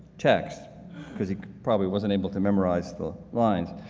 text because he probably wasn't able to memorize the lines.